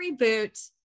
reboot